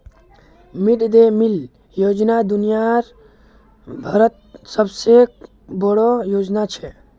mid day meal योजना दुनिया भरत सबसे बोडो योजना छे